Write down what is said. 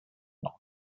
note